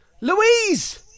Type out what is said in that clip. Louise